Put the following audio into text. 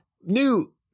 new